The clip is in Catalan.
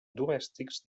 domèstics